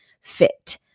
fit